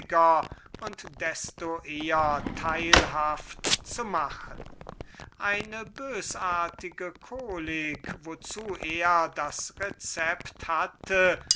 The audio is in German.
und bälder teilhaft zu machen eine bösartige kolik wozu er das rezept hatte